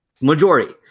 Majority